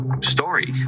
story